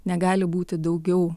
negali būti daugiau